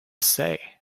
say